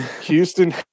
Houston